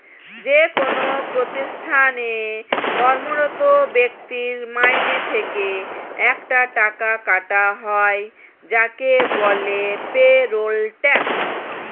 যেকোন প্রতিষ্ঠানে কর্মরত ব্যক্তির মাইনে থেকে একটা টাকা কাটা হয় যাকে বলে পেরোল ট্যাক্স